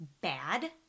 bad